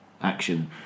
action